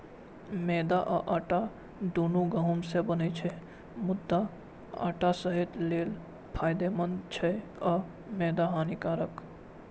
मैदा आ आटा, दुनू गहूम सं बनै छै, मुदा आटा सेहत लेल फायदेमंद छै आ मैदा हानिकारक